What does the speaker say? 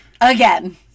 Again